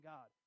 God